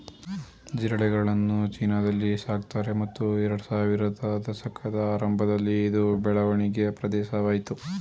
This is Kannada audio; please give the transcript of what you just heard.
ಜಿರಳೆಗಳನ್ನು ಚೀನಾದಲ್ಲಿ ಸಾಕ್ತಾರೆ ಮತ್ತು ಎರಡ್ಸಾವಿರದ ದಶಕದ ಆರಂಭದಲ್ಲಿ ಇದು ಬೆಳವಣಿಗೆ ಪ್ರದೇಶವಾಯ್ತು